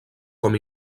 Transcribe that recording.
com